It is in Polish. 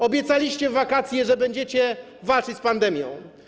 Obiecaliście w wakacje, że będziecie walczyć z pandemią.